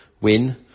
win